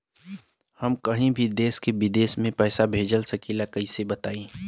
हम कहीं भी देश विदेश में पैसा भेज सकीला कईसे बताई?